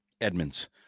Edmonds